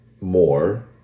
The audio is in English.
more